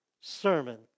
sermon